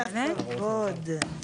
כל הכבוד.